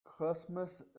christmas